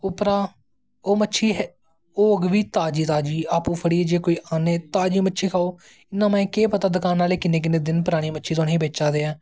उप्परा ओह् मच्छी होर बी ताज़ी ताज़ी अप्पूं आह्नियै मच्छी खाओ इयां केह् पता दकान आह्ले किन्नी किन्नी परानी मच्छी तुसेंगी बेचा दे ऐं